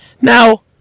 Now